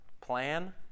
plan